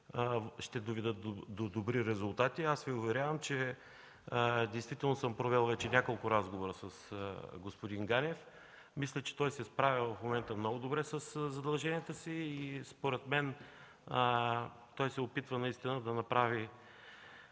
ще доведат до добри резултати. Уверявам Ви, че действително съм провел вече няколко разговора с господин Ганев. Мисля, че в момента той се справя много добре със задълженията си и според мен се опитва наистина да направи